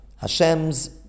Hashem's